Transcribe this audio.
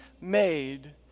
made